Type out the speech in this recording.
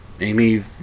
Amy